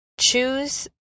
choose